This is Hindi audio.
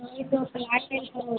वही तो तुम्हारे लिए तो